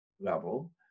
level